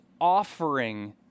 offering